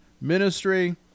Ministry